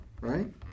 right